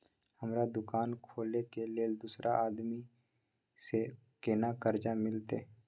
हमरा दुकान खोले के लेल दूसरा आदमी से केना कर्जा मिलते?